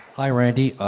hi, randy.